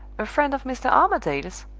a friend of mr. armadale's!